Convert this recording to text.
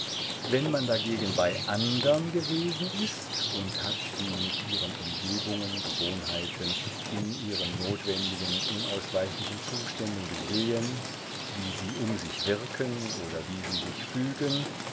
wenn man dagegen bei andern gewesen ist und hat sie mit ihren umgebungen gewohnheiten in ihren notwendigen unausweichlichen zuständen gesehen wie sie um sich wirken oder wie sie sich fügen